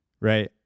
right